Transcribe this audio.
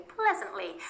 pleasantly